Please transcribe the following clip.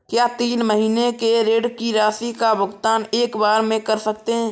क्या तीन महीने के ऋण की राशि का भुगतान एक बार में कर सकते हैं?